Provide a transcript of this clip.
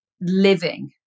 living